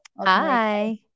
Hi